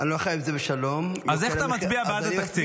אני לא חי עם זה בשלום --- אז איך אתה מצביע בעד התקציב?